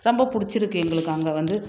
ரொம்ப பிடிச்சிருக்கு எங்களுக்கு அங்கே வந்து